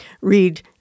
read